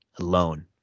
alone